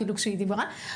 אפילו כשהיא דיברה.